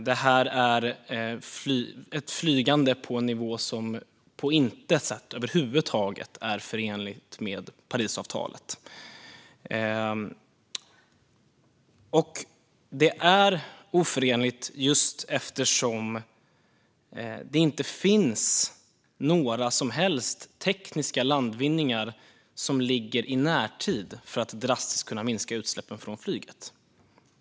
Det är ett flygande på en nivå som på intet sätt över huvud taget är förenlig med Parisavtalet. Och det är oförenligt just eftersom det inte finns några som helst tekniska landvinningar som ligger i närtid för att drastiskt kunna minska utsläppen från flyget.